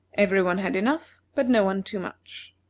every one had enough, but no one too much.